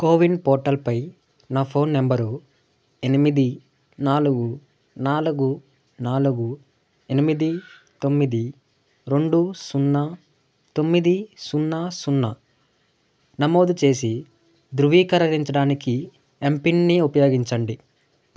CoWIN పోర్టల్పై నా phone number ఎనిమిది నాలుగు నాలుగు నాలుగు ఎనిమిది తొమ్మిది రెండు సున్నా తొమ్మిది సున్నా సున్నా నమోదు చేసి ధృవీకరరించడానికి ఎంపిన్ని ఉపయోగించండి